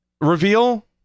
reveal